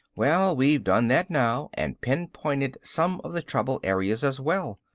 well we've done that now, and pinpointed some of the trouble areas as well.